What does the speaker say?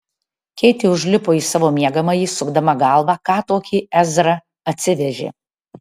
keitė užlipo į savo miegamąjį sukdama galvą ką tokį ezra atsivežė